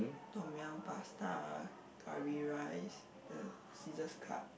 tom-yum pasta curry rice the scissors cut